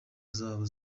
zabo